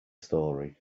story